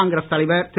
காங்கிரஸ் தலைவர் திரு